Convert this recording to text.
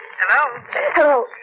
Hello